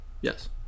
Yes